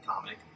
comic